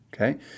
Okay